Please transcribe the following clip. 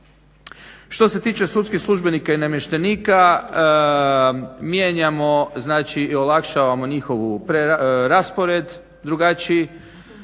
Što se tiče sudskih službenika i namještenika mijenjamo znači i olakšavamo njihov raspored drugačiji.